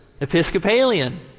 episcopalian